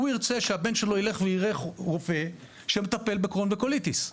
הוא ירצה שהבן שלו ילך ויראה רופא שמטפל בקרוהן וקוליטיס,